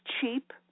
cheap